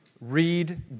read